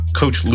coach